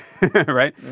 Right